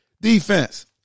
defense